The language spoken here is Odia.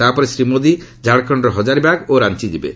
ତା'ପରେ ଶ୍ରୀ ମୋଦି ଝାଡ଼ଖଣ୍ଡର ହଜାରୀବାଗ ଓ ରାଞ୍ଚି ଯିବେ